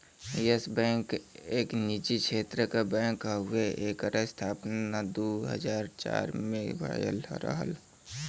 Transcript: yes bank एक निजी क्षेत्र क बैंक हउवे एकर स्थापना दू हज़ार चार में भयल रहल